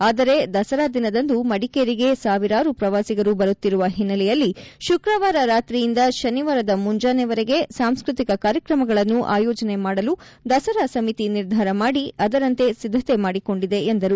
ಆದರೆ ದಸರಾ ದಿನದಂದು ಮಡಿಕೇರಿಗೆ ಸಾವಿರಾರು ಪ್ರವಾಸಿಗರು ಬರುತ್ತಿರುವ ಹಿನ್ನೆಲೆಯಲ್ಲಿ ಶುಕ್ರವಾರ ರಾತ್ರಿಯಿಂದ ಶನಿವಾರದ ಮುಂಜಾನೆವರೆಗೆ ಸಾಂಸ್ಕೃತಿಕ ಕಾರ್ಯಕ್ರಮಗಳನ್ನು ಆಯೋಜನೆ ಮಾಡಲು ದಸರಾ ಸಮಿತಿ ನಿರ್ಧಾರ ಮಾಡಿ ಅದರಂತೆ ಸಿದ್ದತೆ ಮಾಡಿಕೊಂಡಿದೆ ಎಂದರು